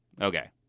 Okay